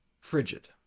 frigid